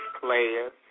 players